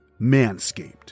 Manscaped